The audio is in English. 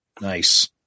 Nice